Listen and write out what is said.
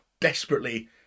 desperately